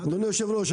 אדוני היושב ראש,